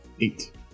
Eight